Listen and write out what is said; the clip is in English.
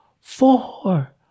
four